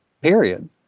period